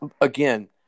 again